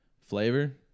flavor